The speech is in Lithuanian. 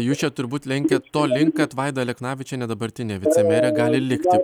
jūs čia turbūt lenkia to link kad vaida aleknavičienė dabartinė vicemerė gali likti